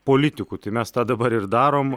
politikų tai mes tą dabar ir darom